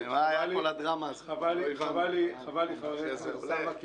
חבר הכנסת אוסמה,